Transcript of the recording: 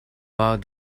while